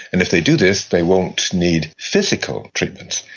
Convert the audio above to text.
and if they do this they won't need physical treatments.